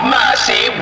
mercy